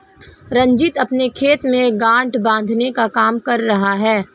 रंजीत अपने खेत में गांठ बांधने का काम कर रहा है